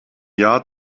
jahr